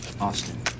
Austin